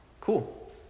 Cool